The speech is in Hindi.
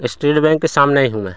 इस्टेट बैंक के सामने ही हूँ मैं